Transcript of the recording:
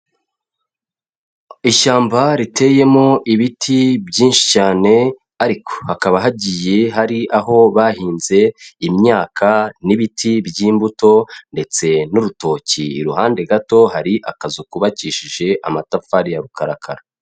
Ishyamba riteyemo ibiti byinshi cyane, ariko hakaba hagiye hari aho bahinze imyaka n'ibiti by'imbuto ndetse n'urutoki, iruhande gato hari akazu kubakishije amatafari ya rukarakara.